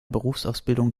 berufsausbildung